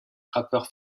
rappeur